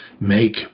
make